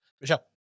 Michelle